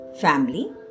family